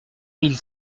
mille